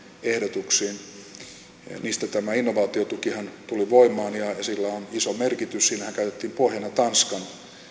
ehdotuksiin niistähän tämä innovaatiotuki tuli voimaan ja sillä on iso merkitys siinähän käytettiin pohjana tanskan